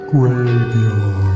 Graveyard